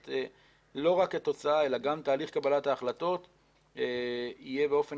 לא רק התוצאה אלא גם תהליך קבלת ההחלטות יהיה באופן